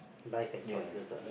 life and choices lah